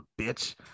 bitch